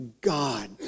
God